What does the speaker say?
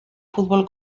futbol